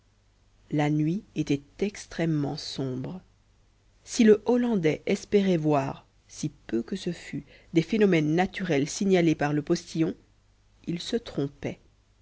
la nuit était extrêmement sombre si le hollandais espérait voir si peu que ce fût des phénomènes naturels signalés par le postillon il se trompait